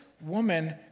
woman